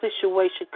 situation